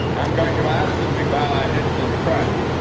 i'm going to ask that we bow our heads in prayer,